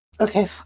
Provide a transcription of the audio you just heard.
Okay